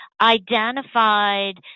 identified